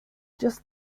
just